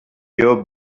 here